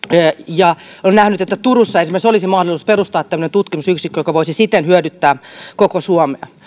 ja on nähnyt että esimerkiksi turussa olisi mahdollisuus perustaa tämmöinen tutkimusyksikkö joka voisi siten hyödyttää koko suomea